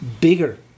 bigger